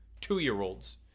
Two-year-olds